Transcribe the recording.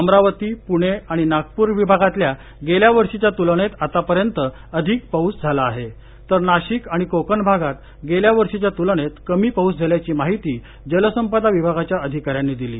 अमरावती पुणे आणि नागपूर विभागात गेल्या वर्षींच्या तुलनेत आतापर्यंत अधिक पाउस झाला आहे तर नाशिक आणि कोकण भागात गेल्या वर्षीच्या तुलनेत कमी पाउस झाल्याची माहिती जलसंपदा विभागाच्या अधिकाऱ्यानं दिली